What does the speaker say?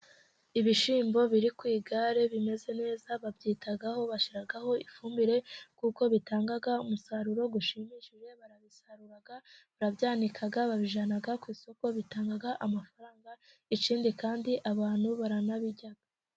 Ibishyimbo biri ku igare bimeze neza, babyitaho bashyiraho ifumbire kuko bitanga umusaruro ushimishije, barabisarura barabibika, babijyana ku isoko, bitanga amafaranga, ikindi kandi abantu baranabirya.